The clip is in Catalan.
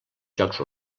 jocs